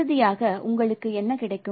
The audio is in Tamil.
இறுதியாக உங்களுக்கு என்ன கிடைக்கும்